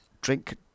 drink